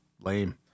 lame